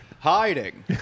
hiding